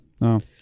No